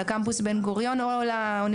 דיברו פה הרבה דברי טעם ואני לא אחזור.